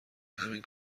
همین